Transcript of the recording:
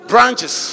branches